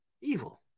evil